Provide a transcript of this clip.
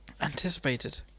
Anticipated